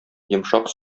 йомшак